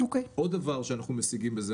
עוד דבר שאנחנו משיגים בזה,